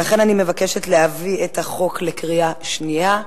ולכן אני מבקשת להביא את החוק לקריאה שנייה,